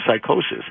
psychosis